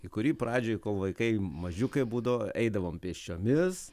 į kurį pradžioj kol vaikai mažiukai būdavo eidavom pėsčiomis